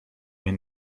mir